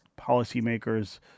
policymakers